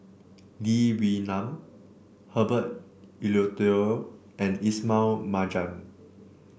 Lee Wee Nam Herbert Eleuterio and Ismail Marjan